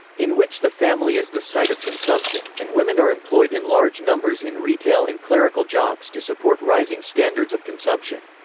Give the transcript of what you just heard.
in which the family is the site of consumption, and women are employed in large numbers in retail and clerical jobs to support rising standards of consumption.